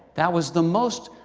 that was the most